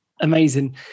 Amazing